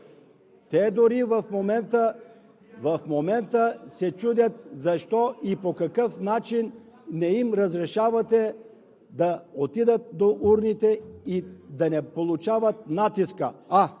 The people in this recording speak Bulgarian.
Те дори и в момента се чудят защо и по какъв начин не им разрешавате да отидат до урните и да не получават натиска.